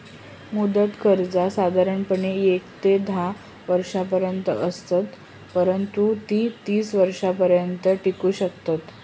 मुदत कर्जा साधारणपणे येक ते धा वर्षांपर्यंत असत, परंतु ती तीस वर्षांपर्यंत टिकू शकतत